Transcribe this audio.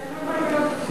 אז הן לא מבלבלות אותי,